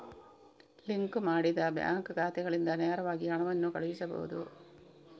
link ಮಾಡಿದ bank ಖಾತೆಗಳಿಂದ ನೇರವಾಗಿ ಹಣವನ್ನು ಕಳುಹಿಸಬಹುದು